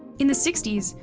in the sixty s,